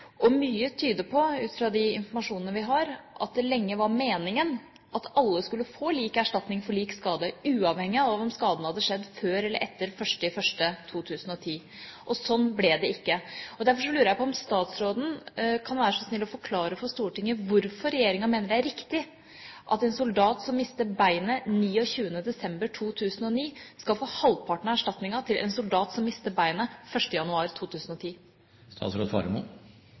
Mye tyder på – ut fra de informasjonene vi har – at det lenge var meningen at alle skulle få lik erstatning for lik skade uavhengig av om skaden hadde skjedd før eller etter 1. januar 2010. Slik ble det ikke. Derfor lurer jeg på om statsråden kan være så snill å forklare for Stortinget hvorfor regjeringa mener det er riktig at en soldat som mister beinet 29. desember 2009, skal få halvparten av erstatningen til en soldat som mister beinet 1. januar